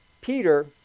Peter